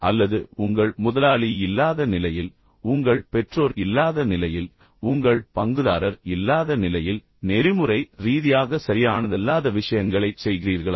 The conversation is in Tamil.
அல்லது உங்கள் முதலாளி இல்லாத நிலையில் உங்கள் பெற்றோர் இல்லாத நிலையில் உங்கள் பங்குதாரர் இல்லாத நிலையில் நெறிமுறை ரீதியாக சரியானதல்லாத விஷயங்களைச் செய்கிறீர்களா